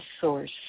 source